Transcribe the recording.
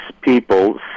people